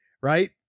right